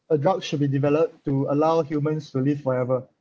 a drug should be developed to allow humans to live forever